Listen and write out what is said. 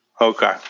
Okay